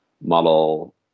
model